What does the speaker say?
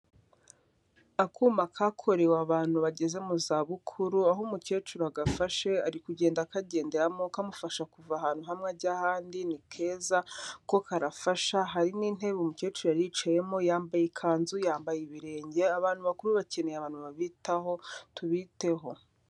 Akuma kakorewe abantu bageze mu zabukuru, aho umukecuru agafashe ari kugenda akagenderamo, kamufasha kuva ahantu hamwe ajya ahandi ni keza ko karafasha, hari n'intebe umukecuru yari yicayemo, yambaye ikanzu, yambaye ibirenge, abantu bakuru bakeneye abantu babitaho tubiteho.